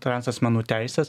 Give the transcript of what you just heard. transasmenų teises